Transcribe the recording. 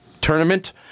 Tournament